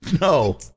No